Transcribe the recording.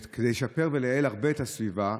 כדי לשפר ולייעל הרבה את הסביבה,